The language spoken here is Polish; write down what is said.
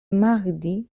mahdi